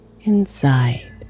inside